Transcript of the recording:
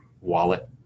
wallet